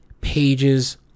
pages